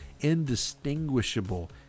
indistinguishable